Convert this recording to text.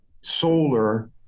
solar